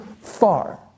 far